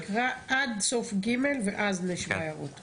תקרא עד סוף פסקה (ג) ואז נשמע הערות.